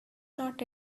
not